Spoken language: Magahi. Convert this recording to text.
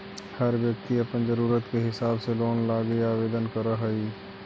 हर व्यक्ति अपन ज़रूरत के हिसाब से लोन लागी आवेदन कर हई